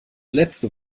letzte